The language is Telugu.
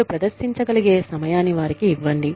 వారు ప్రదర్శించగలిగే సమయాన్ని వారికి ఇవ్వండి